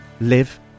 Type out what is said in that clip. live